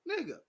nigga